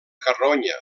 carronya